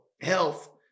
health